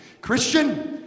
Christian